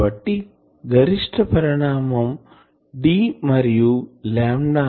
కాబట్టి గరిష్ట పరిణామం D మరియు 0